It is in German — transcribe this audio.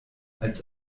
als